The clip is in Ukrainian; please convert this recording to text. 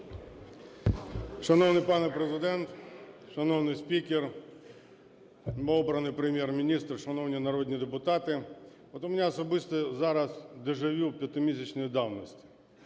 Шановний пане Президент! Шановний спікер, новообраний Прем’єр-міністр! Шановні народні депутати! От у мене особисто зараз дежавю п'ятимісячної давності,